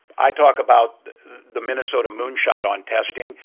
i talk about the minnesota moonshot on testing.